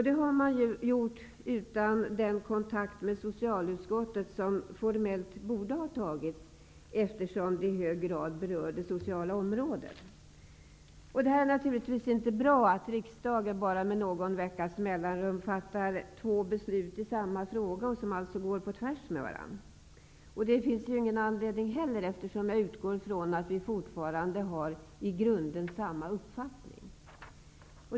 Det har man gjort utan den kontakt med socialutskottet som formellt borde ha tagits, eftersom detta i hög grad berör det sociala området. Det är naturligtvis inte bra att riksdagen med bara någon veckas mellanrum fattar två beslut i samma fråga, beslut som alltså går på tvärs med varandra. Det finns heller ingen anledning, eftersom jag utgår ifrån att vi fortfarande i grunden har samma uppfattning.